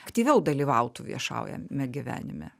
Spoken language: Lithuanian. aktyviau dalyvautų viešajame gyvenime